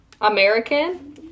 American